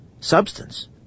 substance